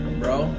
bro